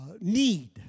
need